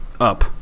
up